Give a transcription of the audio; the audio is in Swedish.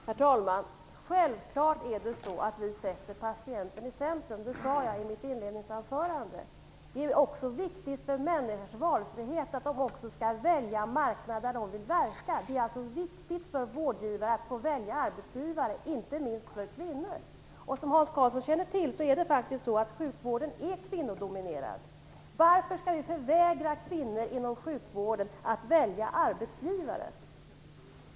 Herr talman! Självklart sätter vi patienten i centrum. Det sade jag i mitt inledningsanförande. Det är också viktigt för människors valfrihet att de också får välja den marknad där de vill verka. Det är viktigt för vårdgivare att få välja arbetsgivare, inte minst för kvinnor. Som Hans Karlsson känner till är sjukvården kvinnodominerad. Varför skall vi förvägra kvinnor inom sjukvården att välja arbetsgivare?